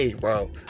bro